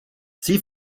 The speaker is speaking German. sie